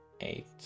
eight